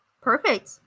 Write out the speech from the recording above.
perfect